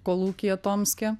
kolūkyje tomske